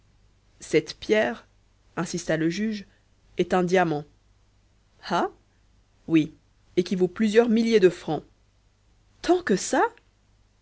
cette pierre insista le juge est un diamant ah oui et qui vaut plusieurs milliers de francs tant que ça